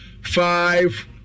five